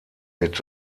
mit